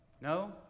No